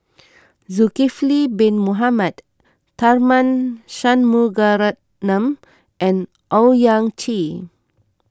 Zulkifli Bin Mohamed Tharman Shanmugaratnam and Owyang Chi